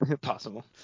Possible